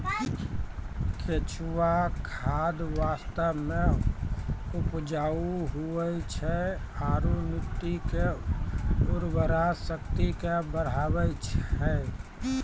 केंचुआ खाद वास्तव मे उपजाऊ हुवै छै आरू मट्टी के उर्वरा शक्ति के बढ़बै छै